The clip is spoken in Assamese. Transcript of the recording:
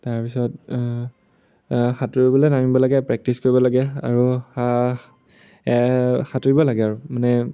তাৰপিছত সাঁতুৰিবলে নামিব লাগে প্ৰেক্টিছ কৰিব লাগে আৰু সাঁতুৰিব লাগে আৰু মানে